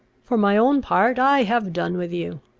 for my own part, i have done with you.